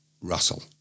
Russell